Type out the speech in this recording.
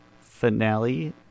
finale